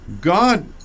God